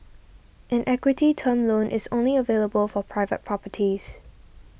an equity term loan is only available for private properties